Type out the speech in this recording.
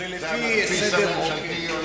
זה המדפיס הממשלתי,